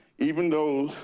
even though